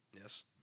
Yes